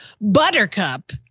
Buttercup